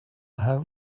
hope